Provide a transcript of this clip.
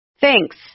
Thanks